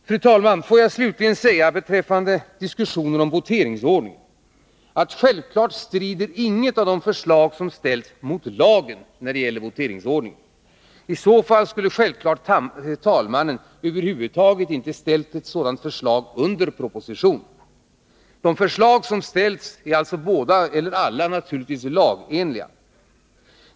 Fru talman! Får jag avrunda med att säga beträffande diskussionen om voteringsordningen, att självfallet inget av de förslag som ställts strider mot lagen. I så fall skulle självfallet talmannen över huvud taget inte ställa ett sådant förslag under proposition. De förslag som ställts är alltså naturligtvis alla lagenliga.